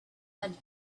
had